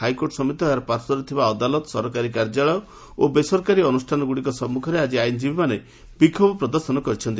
high court ସମେତ ଏହା ପାର୍ଶ୍ୱରେ ଥିବା ଅଦାଲତ ସରକାରୀ କାର୍ଯ୍ୟାଳୟ ଓ ବେସରକାରୀ ଅନୁଷ୍ଠାନଗୁଡ଼ିକ ସମ୍ମୁଖରେ ଆକି ଆଇନଜୀବୀମାନେ ବିକ୍ଷୋଭ ପ୍ରଦର୍ଶନ କରିଛନ୍ତି